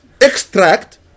Extract